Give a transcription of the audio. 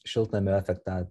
šiltnamio efektą